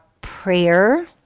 prayer